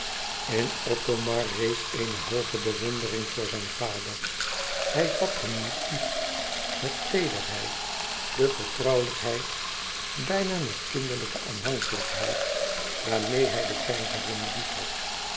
in othomar rees eene hooge bewondering voor zijn vader hij had hem niet lief met de teederheid de vertrouwelijkheid bijna nog kinderlijke aanhankelijkheid waarmeê hij de keizerin liefhad